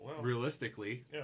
Realistically